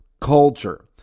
culture